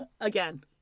again